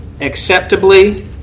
acceptably